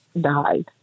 died